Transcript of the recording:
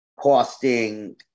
costing